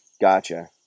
Gotcha